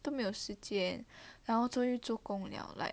都没有时间然后出去做工了 like